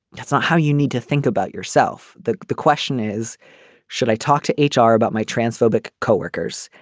that's not how you need to think about yourself. the the question is should i talk to h r. about my transphobia co-workers.